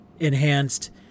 Enhanced